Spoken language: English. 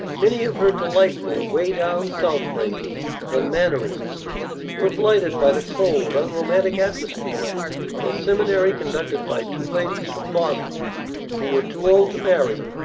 many of her delightful way down south phrases and mannerisms were blighted by the cold, unromantic atmosphere of a seminary conducted by two ladies from boston who were too old to marry,